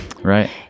Right